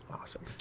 Awesome